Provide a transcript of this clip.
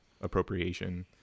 appropriation